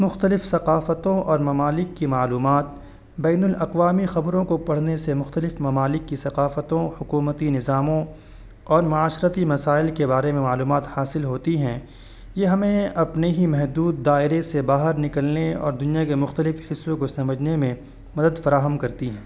مختلف ثقافتوں اور ممالک کی معلومات بین الاقوامی خبروں کو پڑھنے سے مختلف ممالک کی ثقافتوں حکومتی نظاموں اور معاشرتی مسائل کے بارے میں معلومات حاصل ہوتی ہیں یہ ہمیں اپنے ہی محدود دائرے سے باہر نکلنے اور دنیا کے مختلف حصوں کو سمجھنے میں مدد فراہم کرتی ہیں